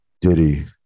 Diddy